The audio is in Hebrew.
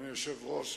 אדוני היושב-ראש,